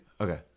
Okay